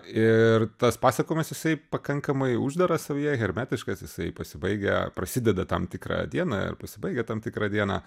ir tas pasakojimas jisai pakankamai uždaras savyje hermetiškas jisai pasibaigia prasideda tam tikrą dieną ir pasibaigia tam tikrą dieną